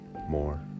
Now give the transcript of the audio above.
more